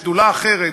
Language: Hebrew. בשדולה אחרת,